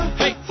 hey